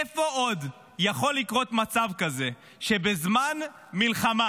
איפה עוד יכול לקרות מצב כזה שבזמן מלחמה